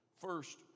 First